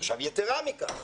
יתרה מכך,